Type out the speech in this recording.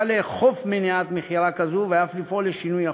לאכוף מניעת מכירה כזו ואף לפעול לשינוי החוק.